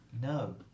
No